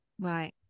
Right